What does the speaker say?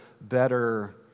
better